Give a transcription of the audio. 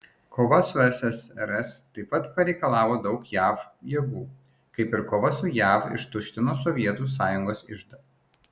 kova su ssrs taip pat pareikalavo daug jav jėgų kaip ir kova su jav ištuštino sovietų sąjungos iždą